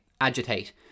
Agitate